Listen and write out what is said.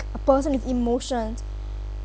a person with emotions